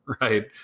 Right